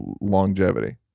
longevity